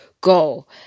go